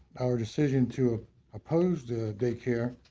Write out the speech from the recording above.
our decision to oppose the daycare